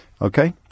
Okay